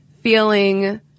feeling